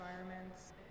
environments